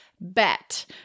bet